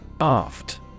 Aft